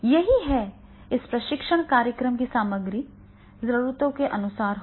यही है इस प्रशिक्षण कार्यक्रम की सामग्री जरूरतों के अनुसार होगी